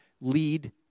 lead